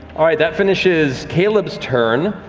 all right, that finishes caleb's turn.